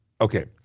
Okay